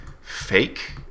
fake